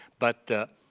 but the